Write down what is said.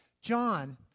John